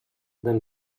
than